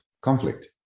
conflict